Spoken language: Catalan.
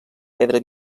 pedra